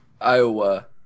Iowa